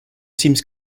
seems